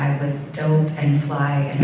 was dope and fly, and